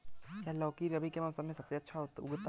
क्या लौकी रबी के मौसम में सबसे अच्छा उगता है?